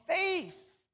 faith